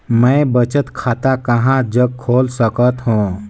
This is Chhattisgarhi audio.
मैं बचत खाता कहां जग खोल सकत हों?